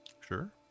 sure